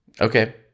Okay